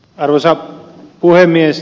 arvoisa puhemies